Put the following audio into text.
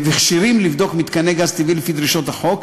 וכשירים לבדוק מתקני גז טבעי לפי דרישות החוק,